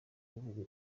kuvuga